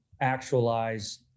actualize